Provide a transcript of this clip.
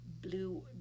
Blue